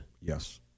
Yes